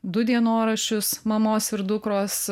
du dienoraščius mamos ir dukros